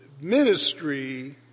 ministry